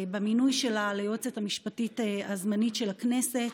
על המינוי שלה ליועצת המשפטית הזמנית של הכנסת.